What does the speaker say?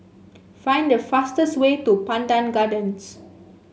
find the fastest way to Pandan Gardens